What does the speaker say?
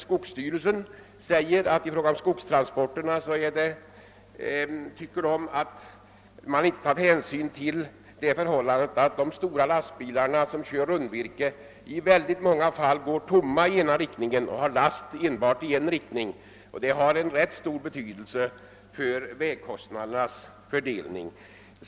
Skogsstyrelsen tycker sålunda att hänsyn inte tas till att de stora lastbilar som kör rundvirke i många fall går tomma i ena riktningen och bara har last i andra riktningen, vilket har stor betydelse för vägkostnadernas fördelning.